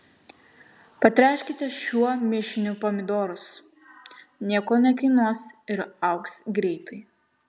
patręškite šiuo mišiniu pomidorus nieko nekainuos ir augs greitai